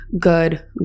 good